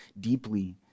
deeply